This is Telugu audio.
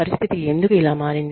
పరిస్థితి ఎందుకు ఇలా మారింది